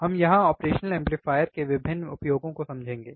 हम यहां ऑपरेशनल एम्पलीफायरों के विभिन्न उपयोगों को समझेंगे